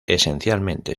esencialmente